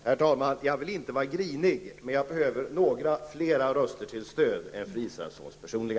Herr talman! Jag vill inte vara grinig, men jag behöver några flera röster till stöd än fru Israelssons personliga.